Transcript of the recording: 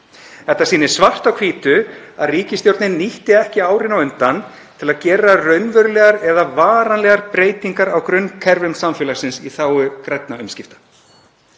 Þetta sýnir svart á hvítu að ríkisstjórnin nýtti ekki árin á undan til að gera raunverulegar eða varanlegar breytingar á grunnkerfum samfélagsins í þágu grænna umskipta.